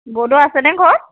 বৌদ' আছে নে ঘৰত